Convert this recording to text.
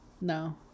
no